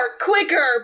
quicker